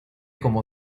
como